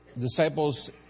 disciples